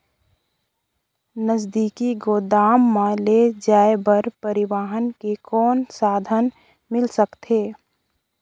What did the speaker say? नजदीकी गोदाम ले जाय बर परिवहन के कौन साधन मिल सकथे?